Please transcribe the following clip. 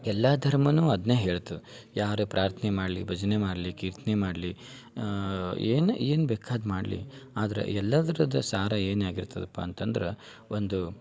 ಎಲ್ಲ ಧರ್ಮನೂ ಅದನ್ನೇ ಹೇಳ್ತದೆ ಯಾರೇ ಪ್ರಾರ್ಥ್ನೆ ಮಾಡಲಿ ಭಜನೆ ಮಾಡ್ಲಿ ಕೀರ್ತನೆ ಮಾಡಲಿ ಏನು ಏನು ಬೇಕಾದ್ದು ಮಾಡಲಿ ಆದರೆ ಎಲ್ಲದ್ರದ್ದು ಸಾರ ಏನಾಗಿರ್ತದಪ್ಪ ಅಂತಂದ್ರೆ ಒಂದು